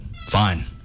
Fine